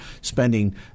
spending